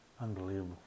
unbelievable